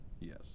yes